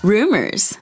Rumors